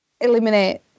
eliminate